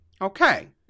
Okay